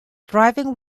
driving